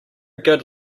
good